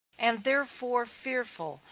and therefore fearful,